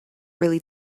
really